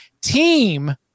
team